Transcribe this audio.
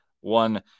one